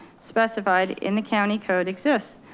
specified in the county code exists.